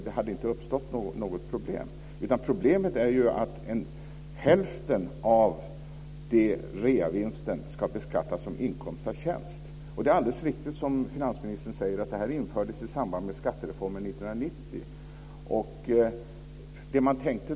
Det hade inte uppstått något problem, utan problemet är att hälften av reavinsten ska beskattas som inkomst av tjänst. Det är alldeles riktigt som finansministern säger, att det här systemet infördes i samband med skattereformen 1990.